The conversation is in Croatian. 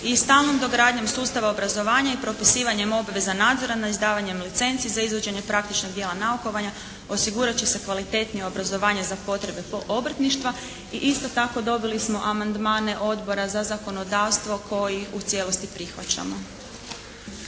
i stalnom dogradnjom sustava obrazovanja i propisivanjem obveza nadzora nad izdavanjem licenci za izvođenje praktičnog dijela naukovanja osigurat će se kvalitetnije obrazovanje za potrebe po obrtništva. I isto tako dobili smo amandmane Odbora za zakonodavstvo koji u cijelosti prihvaćamo.